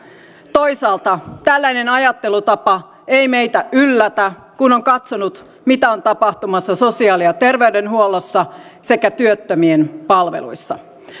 toisaalta tällainen ajattelutapa ei meitä yllätä kun on katsonut mitä on tapahtumassa sosiaali ja terveydenhuollossa sekä työttömien palveluissa